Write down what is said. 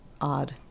odd